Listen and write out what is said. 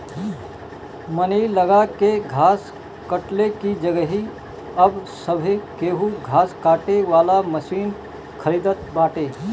मनई लगा के घास कटले की जगही अब सभे केहू घास काटे वाला मशीन खरीदत बाटे